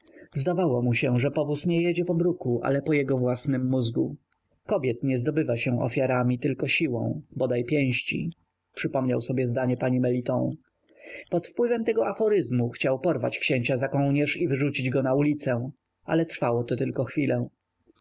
zdawało mu się że powóz nie jedzie po bruku ale po jego własnym mózgu kobiet nie zdobywa się ofiarami tylko siłą bodaj pięści przypomniał sobie zdanie pani meliton pod wpływem tego aforyzmu chciał porwać księcia za kołnierz i wyrzucić go na ulicę ale trwało to tylko chwilę